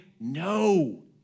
no